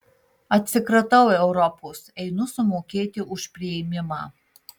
atsikratau europos einu sumokėti už priėmimą